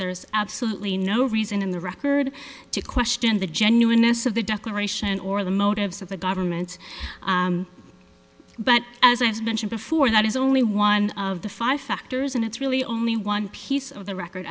here's absolutely no reason in the record to question the genuineness of the declaration or the motives of the government's but as i've mentioned before that is only one of the five factors and it's really only one piece of the record